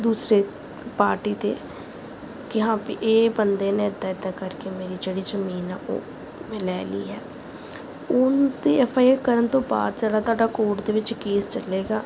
ਦੂਸਰੇ ਪਾਰਟੀ 'ਤੇ ਕਿ ਹਾਂ ਪੀ ਇਹ ਬੰਦੇ ਨੇ ਇੱਦਾਂ ਇੱਦਾਂ ਕਰਕੇ ਮੇਰੀ ਜਿਹੜੀ ਜ਼ਮੀਨ ਹੈ ਉਹ ਲੈ ਲਈ ਹੈ ਉਹਨਾਂ 'ਤੇ ਐੱਫ ਆਈ ਆਰ ਕਰਨ ਤੋਂ ਬਾਅਦ ਜਿਹੜਾ ਤੁਹਾਡਾ ਕੋਰਟ ਦੇ ਵਿੱਚ ਕੇਸ ਚੱਲੇਗਾ